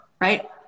Right